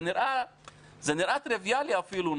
זה נראה טריוויאלי אפילו,